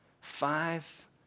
five